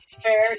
Fair